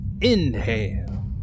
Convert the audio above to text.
Inhale